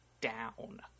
down